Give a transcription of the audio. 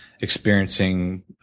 Experiencing